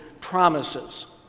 promises